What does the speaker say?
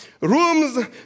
Rooms